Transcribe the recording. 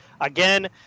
again